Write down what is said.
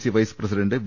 C vice president V